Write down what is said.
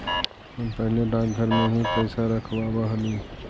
हम पहले डाकघर में ही पैसा रखवाव हली